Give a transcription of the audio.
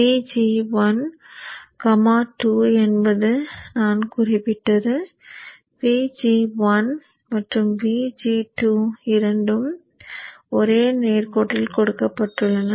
Vg 1 comma 2 என்பது நான் குறிப்பிட்டது Vg1 மற்றும் Vg2 இரண்டும் ஒரே நேரக் கோட்டில் கொடுக்கப்பட்டுள்ளன